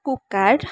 cooker